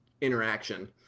interaction